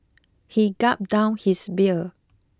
he gulped down his beer